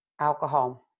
alcohol